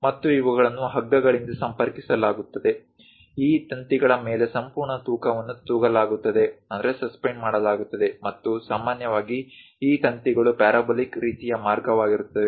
ಮತ್ತು ಇವುಗಳನ್ನು ಹಗ್ಗಗಳಿಂದ ಸಂಪರ್ಕಿಸಲಾಗುತ್ತದೆ ಈ ತಂತಿಗಳ ಮೇಲೆ ಸಂಪೂರ್ಣ ತೂಕವನ್ನು ತೂಗಲಾಗುತ್ತದೆ ಮತ್ತು ಸಾಮಾನ್ಯವಾಗಿ ಈ ತಂತಿಗಳು ಪ್ಯಾರಾಬೋಲಿಕ್ ರೀತಿಯ ಮಾರ್ಗವಾಗಿರುತ್ತವೆ